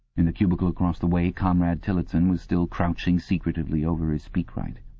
in the cubicle across the way comrade tillotson was still crouching secretively over his speakwrite.